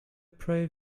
prey